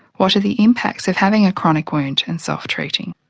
what are the impacts of having a chronic wound and self-treating?